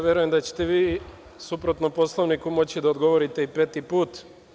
Verujem da ćete vi suprotno Poslovniku moći da odgovorite i peti put.